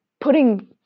putting